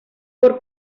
por